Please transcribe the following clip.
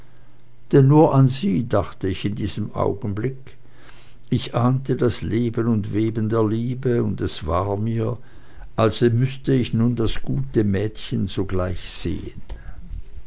denn nur an sie dachte ich in diesem augenblicke ich ahnte das leben und weben der liebe und es war mir als müßte ich nun das gute mädchen alsogleich sehen